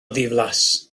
ddiflas